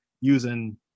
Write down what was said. using